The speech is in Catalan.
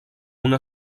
una